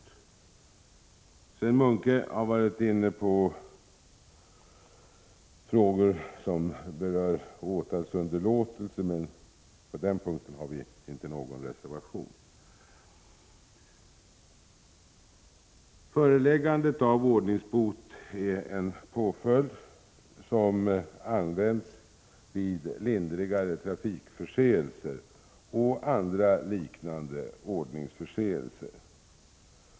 Sven Munke var inne på frågor som rör åtalsunderlåtelse, men där föreligger ingen reservation. Föreläggande av ordningsbot är en påföljd som används vid lindrigare trafikförseelser och andra liknande ordningsförseelser.